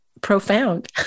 profound